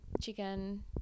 chicken